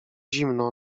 zimno